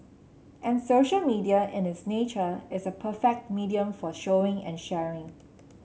and social media in its nature is a perfect medium for showing and sharing